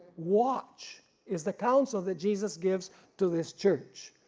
watch is the council that jesus gives to this church.